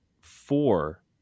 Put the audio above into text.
Four